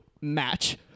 Match